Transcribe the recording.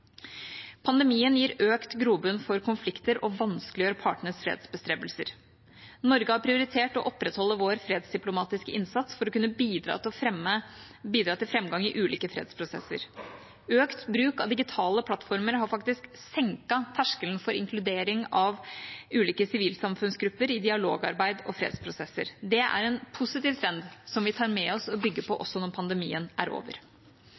Pandemien gir økt grobunn for konflikter og vanskeliggjør partenes fredsbestrebelser. Norge har prioritert å opprettholde sin fredsdiplomatiske innsats for å kunne bidra til framgang i ulike fredsprosesser. Økt bruk av digitale plattformer har faktisk senket terskelen for inkludering av ulike samfunnsgrupper i dialogarbeid og fredsprosesser. Det er en positiv trend, som vi tar med oss og bygger på også når pandemien er over.